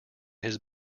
his